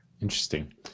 Interesting